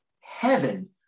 heaven